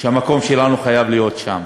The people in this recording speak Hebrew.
המקום שלנו חייב להיות שם.